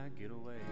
getaway